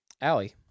Allie